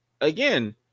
Again